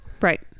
Right